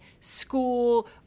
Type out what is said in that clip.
school